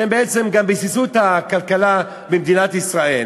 שהם בעצם גם ביססו את הכלכלה במדינת ישראל.